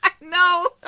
No